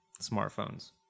Smartphones